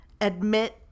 admit